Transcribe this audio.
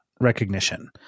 recognition